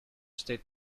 state